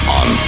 on